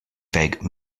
bheidh